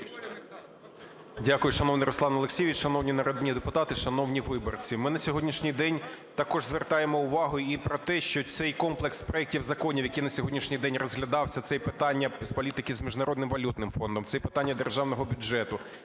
Дякую, шановний Руслане Олексійовичу. Шановні народні депутати, шановні виборці. Ми на сьогоднішній день також звертаємо увагу і про те, що цей комплекс проектів законів, який на сьогоднішній день розглядався, це і питання політики з Міжнародним валютним фондом, це і питання державного бюджету,